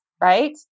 right